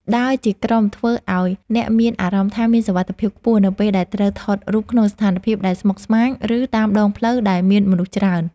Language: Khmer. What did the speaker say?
ដើរជាក្រុមធ្វើឱ្យអ្នកមានអារម្មណ៍ថាមានសុវត្ថិភាពខ្ពស់នៅពេលដែលត្រូវថតរូបក្នុងស្ថានភាពដែលស្មុគស្មាញ ឬ តាមដងផ្លូវដែលមានមនុស្សច្រើន។